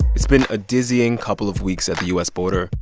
it's been a dizzying couple of weeks at the u s. border.